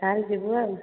ତା'ହେଲେ ଯିବୁ ଆଉ